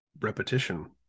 repetition